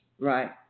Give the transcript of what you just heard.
Right